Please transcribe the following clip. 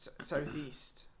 southeast